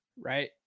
right